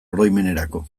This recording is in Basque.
oroimenerako